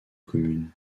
commune